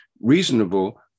reasonable